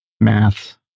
math